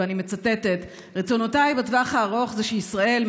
ואני מצטטת: רצונותיי בטווח הארוך זה שישראל,